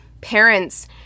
parents